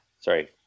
Sorry